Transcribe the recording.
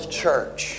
church